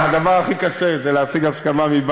אני מסכים.